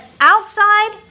outside